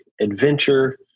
adventure